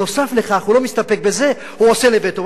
נוסף על כך, הוא לא מסתפק בזה, הוא עושה לביתו.